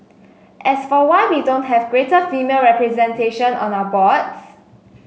as for why we don't have greater female representation on our boards